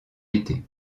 été